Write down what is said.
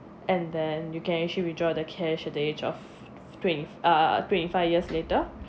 and then you can actually withdraw the cash at the age of twenty uh twenty five years later